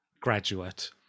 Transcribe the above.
graduate